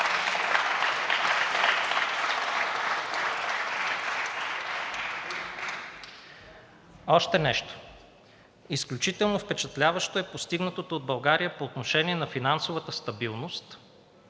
Промяната“.) Още нещо. „Изключително впечатляващо е постигнатото от България по отношение на финансовата стабилност.